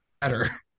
better